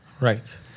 Right